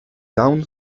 down